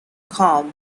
com